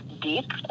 deep